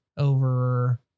over